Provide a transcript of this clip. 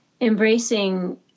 embracing